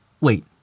Wait